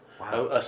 Wow